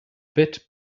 bit